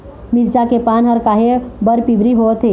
मिरचा के पान हर काहे बर पिवरी होवथे?